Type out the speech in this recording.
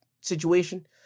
situation